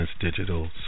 Digital